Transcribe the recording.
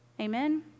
amen